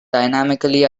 dynamically